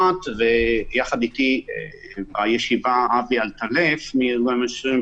יחד אתי בישיבה אבי אלטלף מארגון המגשרים,